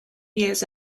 years